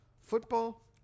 Football